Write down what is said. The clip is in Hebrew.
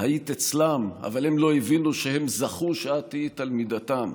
אצלם אבל הם לא הבינו שהם זכו שאת תהיי תלמידתם,